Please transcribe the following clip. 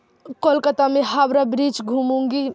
کولکاتہ میں ہاوڑا برج گھوموں گی